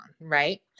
right